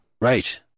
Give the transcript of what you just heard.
Right